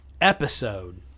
episode